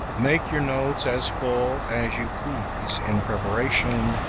make your notes as full as you please in preparation,